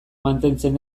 mantentzen